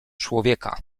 człowieka